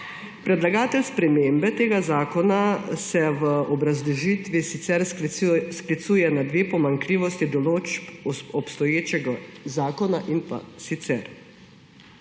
Predlagatelj spremembe tega zakona se v obrazložitvi sicer sklicuje na dve pomanjkljivosti določb obstoječega zakona, in sicer